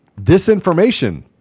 disinformation